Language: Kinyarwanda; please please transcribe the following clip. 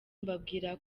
mbabwira